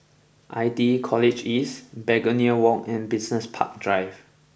I T E College East Begonia Walk and Business Park Drive